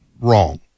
wrong